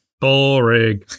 Boring